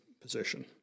position